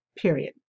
Period